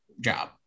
job